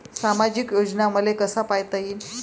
सामाजिक योजना मले कसा पायता येईन?